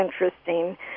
interesting